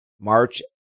March